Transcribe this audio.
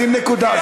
שים נקודה.